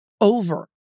over